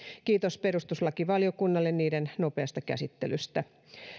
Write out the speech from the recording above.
kiitos perustuslakivaliokunnalle niiden nopeasta käsittelystä